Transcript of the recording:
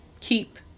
keep